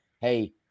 hey